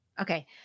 Okay